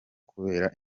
kubera